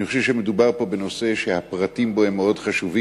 אני חושב שמדובר פה בנושא שהפרטים שלו הם מאוד חשובים,